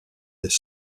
est